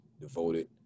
devoted